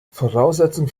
voraussetzung